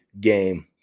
game